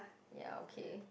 ya okay